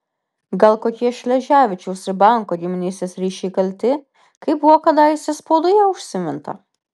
gal kokie šleževičiaus ir banko giminystės ryšiai kalti kaip buvo kadaise spaudoje užsiminta